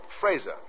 Fraser